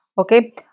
okay